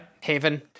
Haven